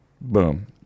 Boom